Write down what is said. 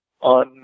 on